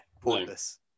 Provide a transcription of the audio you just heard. pointless